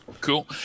Cool